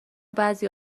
بعضی